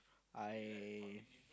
I